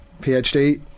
PhD